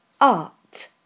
art